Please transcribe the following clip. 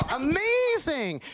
amazing